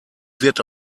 wird